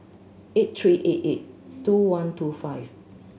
eight three eight eight two one two five